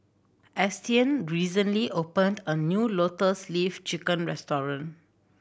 Austyn recently opened a new Lotus Leaf Chicken restaurant